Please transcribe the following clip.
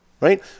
Right